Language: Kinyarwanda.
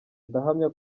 ndahamya